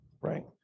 Right